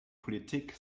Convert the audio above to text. politik